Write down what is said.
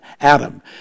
Adam